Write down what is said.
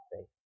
faith